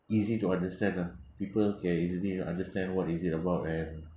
easy to understand lah people can easily understand what is it about and